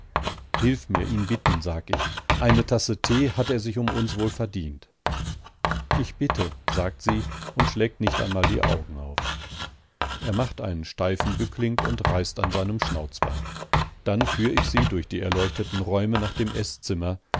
hilf mir ihn bitten sag ich eine tasse tee hat er sich um uns wohl verdient ich bitte sagt sie und schlägt nicht einmal die augen auf er macht einen steifen bückling und reißt an seinem schnauzbart dann führ ich sie durch die erleuchteten räume nach dem esszimmer